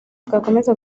twakomeza